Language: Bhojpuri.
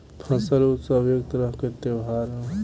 फसल उत्सव एक तरह के त्योहार ह